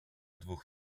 dwóch